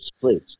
please